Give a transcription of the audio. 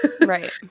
Right